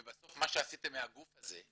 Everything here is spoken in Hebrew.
ובסוף מה שעשיתם מהגוף הזה,